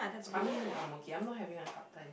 I mean I'm okay I'm not having a hard time